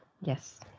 Yes